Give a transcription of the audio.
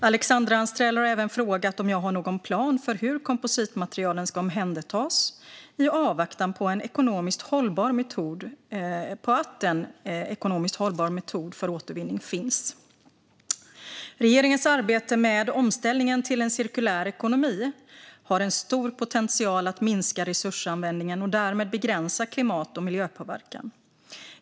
Alexandra Anstrell har även frågat om jag har någon plan för hur kompositmaterialen ska omhändertas i avvaktan på att en ekonomiskt hållbar metod för återvinning finns. Regeringens arbete med omställningen till en cirkulär ekonomi har en stor potential att minska resursanvändningen och därmed begränsa klimat och miljöpåverkan.